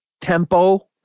tempo